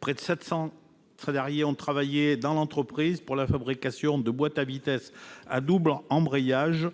près de 700 salariés ont travaillé dans l'entreprise pour la fabrication de boîtes de vitesses à double embrayage,